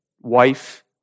wife